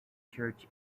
church